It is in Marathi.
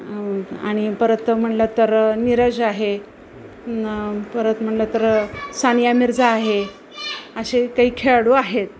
आणि परत म्हणलं तर निरज आहे परत म्हणलं तर सानिया मिर्झा आहे असे काही खेळाडू आहेत